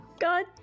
God